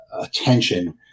attention